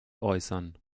äußern